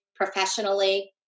professionally